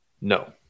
No